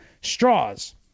Straws